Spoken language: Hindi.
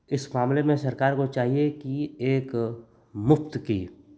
इस मामले में सरकार को चाहिए की एक मुफ़्त की